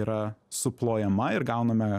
yra suplojama ir gauname